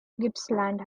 gippsland